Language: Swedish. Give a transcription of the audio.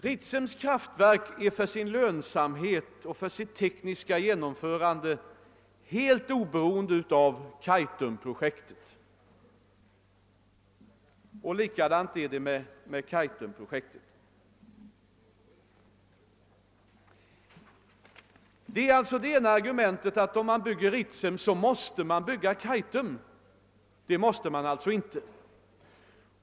Ritsems kraftverk är för sin lönsamhet och sitt tekniska genomförande helt oberoende av Kaitumprojektet. Likadant är det med Kaitumprojektet. Ett argument har varit att om man bygger Ritsem, måste man även bygga Kaitum. Det måste man inte göra.